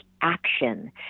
action